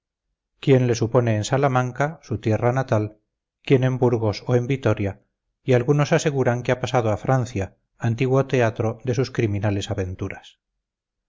quién le supone en salamanca su tierra natal quién en burgos o en vitoria y algunos aseguran que ha pasado a francia antiguo teatro de sus criminales aventuras